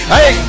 Hey